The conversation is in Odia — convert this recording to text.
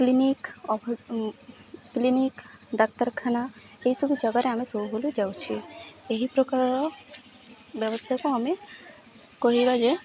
କ୍ଲିନିକ୍ କ୍ଲିନିକ୍ ଡ଼ାକ୍ତରଖାନା ଏହିସବୁ ଜାଗାରେ ଆମେ ସବୁବେଲେ ଯାଉଛେ ଏହି ପ୍ରକାରର ବ୍ୟବସ୍ଥାକୁ ଆମେ କହିବା ଯେ